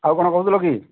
ଆଉ କ'ଣ କହୁଥିଲ କି